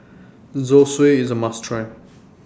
Zosui IS A must Try